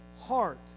heart